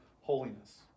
holiness